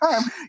time